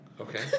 Okay